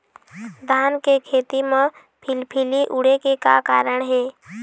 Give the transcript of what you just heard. धान के खेती म फिलफिली उड़े के का कारण हे?